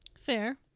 Fair